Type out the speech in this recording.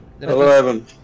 Eleven